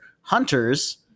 hunters